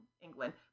England